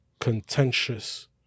contentious